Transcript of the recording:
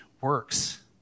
works